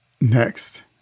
Next